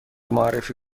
معرفی